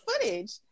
footage